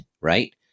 right